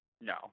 No